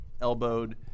elbowed